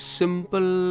simple